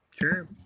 Sure